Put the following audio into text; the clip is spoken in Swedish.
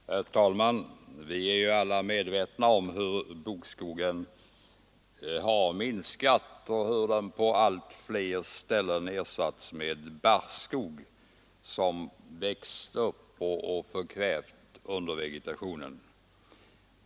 Herr talman! Vi är alla medvetna om hur bokskogen har minskat och hur den på allt fler ställen ersatts av barrskog, som växer och har förkvävt undervegetationen.